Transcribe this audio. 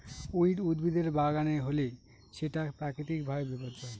weed উদ্ভিদের বাগানে হলে সেটা প্রাকৃতিক ভাবে বিপর্যয়